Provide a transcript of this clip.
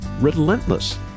relentless